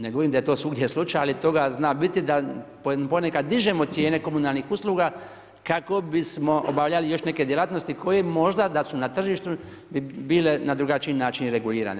Ne govorim da je to svugdje slučaj, ali toga zna biti da ponekad dižemo cijene komunalnih usluga kako bismo obavljali još neke djelatnosti koje možda da su na tržištu bi bile na drugačiji način regulirane.